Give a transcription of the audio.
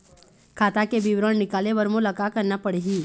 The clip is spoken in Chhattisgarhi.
खाता के विवरण निकाले बर मोला का करना पड़ही?